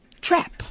trap